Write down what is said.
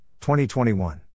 2021